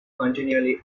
continually